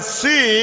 see